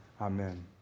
Amen